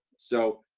so,